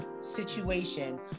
situation